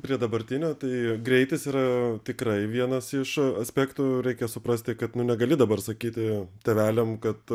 prie dabartinio tai greitis yra tikrai vienas iš aspektų reikia suprasti kad nu negali dabar sakyti tėveliam kad